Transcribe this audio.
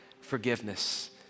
forgiveness